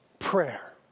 prayer